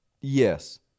yes